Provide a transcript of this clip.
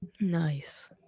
Nice